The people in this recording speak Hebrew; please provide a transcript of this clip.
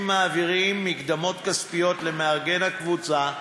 מעבירים מקדמות כספיות למארגן הקבוצה,